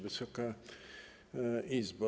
Wysoka Izbo!